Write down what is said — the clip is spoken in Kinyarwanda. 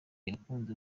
yakunze